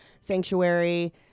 Sanctuary